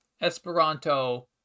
Esperanto